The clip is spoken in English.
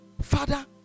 Father